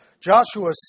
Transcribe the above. Joshua